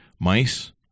mice